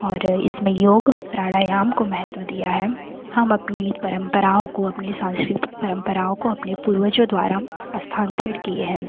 और इसमें योग प्राणायाम को महत्त्व दिया गया है हम अपनी परंपराओं को अपनी सांस्कृतिक परंपराओं को अपने पूर्वजों द्वारा स्थानांतरित किए हैं